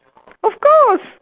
of course